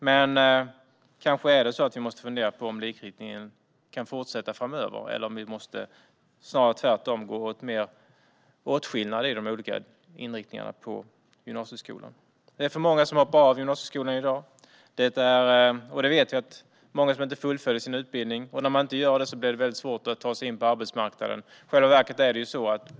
Men kanske måste vi fundera på om likriktningen kan fortsätta framöver eller om vi tvärtom måste gå mot mer åtskillnad i de olika inriktningarna på gymnasieskolan. Det är för många som hoppar av gymnasieskolan i dag. Vi vet att det är många som inte fullföljer sin utbildning, och när man inte gör det blir det väldigt svårt att ta sig in på arbetsmarknaden.